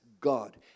God